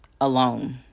alone